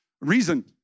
reason